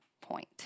point